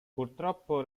purtroppo